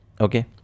okay